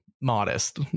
modest